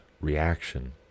reaction